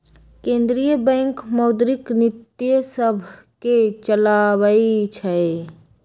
केंद्रीय बैंक मौद्रिक नीतिय सभके चलाबइ छइ